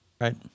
Right